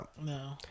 No